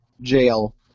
jail